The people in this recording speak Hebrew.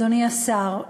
אדוני השר,